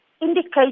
indicate